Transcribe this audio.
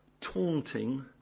Taunting